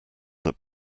that